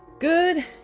Good